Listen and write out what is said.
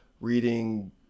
reading